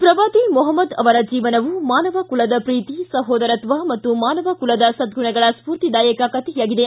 ಪ್ರವಾದಿ ಮೊಹಮ್ಮದ್ ಅವರ ಜೀವನವು ಮಾನವಕುಲದ ಪ್ರೀತಿ ಸಹೋದರತ್ವ ಮತ್ತು ಮಾನವ ಕುಲದ ಸದ್ಗುಣಗಳ ಸ್ಪೂರ್ತಿದಾಯಕ ಕಥೆಯಾಗಿದೆ